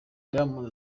diamond